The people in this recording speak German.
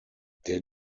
der